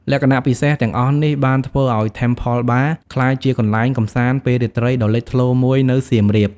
លក្ខណៈពិសេសទាំងអស់នេះបានធ្វើឲ្យ Temple Bar ក្លាយជាកន្លែងកម្សាន្តពេលរាត្រីដ៏លេចធ្លោមួយនៅសៀមរាប។